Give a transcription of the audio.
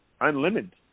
unlimited